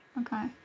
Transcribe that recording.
Okay